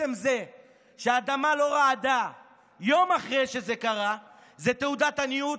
עצם זה שהאדמה לא רעדה יום אחרי שזה קרה זה תעודת עניות,